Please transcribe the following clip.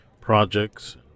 projects